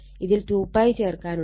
ഇതിൽ 2π ചേർക്കാനുണ്ട്